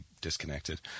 disconnected